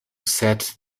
set